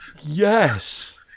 yes